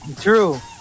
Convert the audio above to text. True